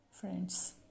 Friends